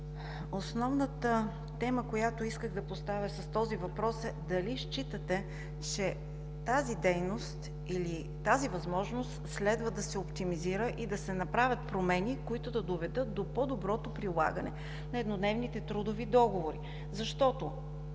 Основната тема, която исках да поставя с този въпрос, е дали считате, че тази дейност или тази възможност следва да се оптимизира и да се направят промени, които да доведат до по доброто прилагане на еднодневните трудови договори. Защото